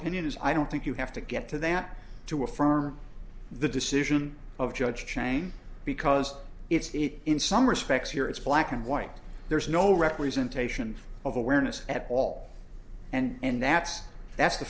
opinion is i don't think you have to get to that to affirm the decision of judge chang because it's it in some respects here it's black and white there's no representation of awareness at all and that's that's the